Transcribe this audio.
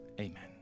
amen